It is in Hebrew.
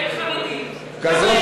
הרי אין חרדים, כזו,